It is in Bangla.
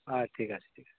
হ্যাঁ ঠিক আছে ঠিক আছে